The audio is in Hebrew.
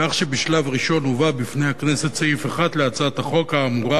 כך שבשלב הראשון הובא בפני הכנסת סעיף 1 להצעת החוק האמורה